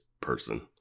person